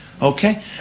Okay